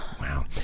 Wow